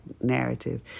narrative